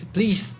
Please